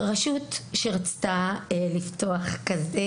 רשות שרצתה לפתוח כזה